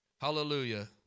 Hallelujah